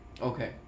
Okay